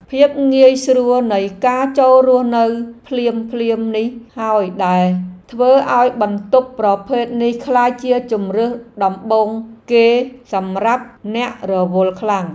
ភាពងាយស្រួលនៃការចូលរស់នៅភ្លាមៗនេះហើយដែលធ្វើឱ្យបន្ទប់ប្រភេទនេះក្លាយជាជម្រើសដំបូងគេសម្រាប់អ្នករវល់ខ្លាំង។